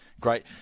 Great